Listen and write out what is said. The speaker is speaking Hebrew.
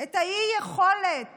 את האי-יכולת